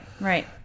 right